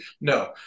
No